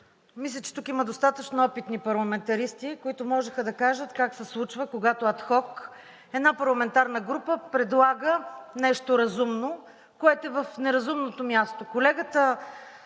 Мисля, че тук има достатъчно опитни парламентаристи, които можеха да кажат как се случва, когато адхок една парламентарна група предлага нещо разумно, което е в неразумното място.